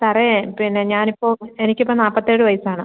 സാറേ പിന്നെ ഞാൻ ഇപ്പോൾ എനിക്ക് ഇപ്പോൾ നാൽപ്പത്തി ഏഴ് വയസ്സ് ആണ്